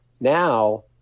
Now